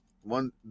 one